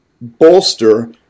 bolster